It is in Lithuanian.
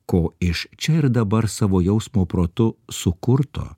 ko iš čia ir dabar savo jausmo protu sukurto